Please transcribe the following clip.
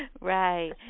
Right